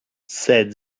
said